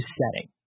setting